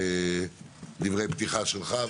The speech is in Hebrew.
דברי פתיחה שלך.